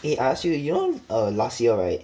eh I ask you you know err last year right